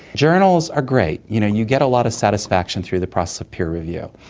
journals are great, you know you get a lot of satisfaction through the process of peer review,